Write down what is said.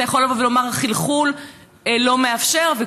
אתה יכול לבוא ולומר: החלחול לא מאפשר.